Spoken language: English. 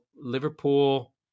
Liverpool